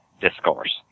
discourse